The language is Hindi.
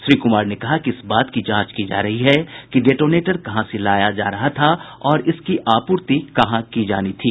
श्री कुमार ने कहा कि इस बात की जांच की जा रही है कि डेटोनेटर कहां से लाया जा रहा था और इसकी आपूर्ति कहां की जानी थी